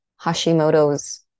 Hashimoto's